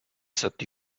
sotto